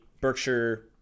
Berkshire